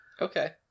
okay